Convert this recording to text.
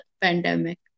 pandemic